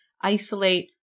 isolate